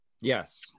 yes